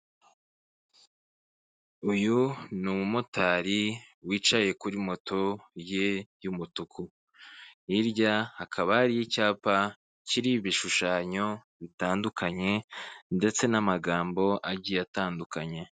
Uyu ni umumotari wicaye kuri moto ye y'umutuku, hirya hakaba hari icyapa kiriho ibishushanyo bitandukanye ndetse n'amagambo agiye atandukanye.